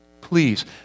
please